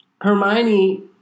Hermione